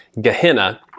gehenna